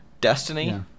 Destiny